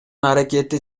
аракети